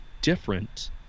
different